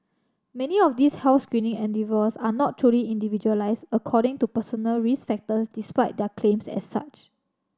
many of these health screening endeavours are not truly individualised according to personal risk factors despite their claims as such